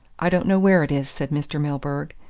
i don't know where it is, said mr. milburgh.